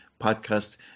podcast